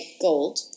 gold